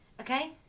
okay